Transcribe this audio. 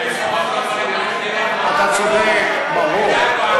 אתה צודק, ברור.